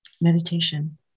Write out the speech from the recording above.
meditation